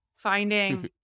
Finding